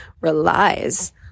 relies